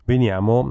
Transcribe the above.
Veniamo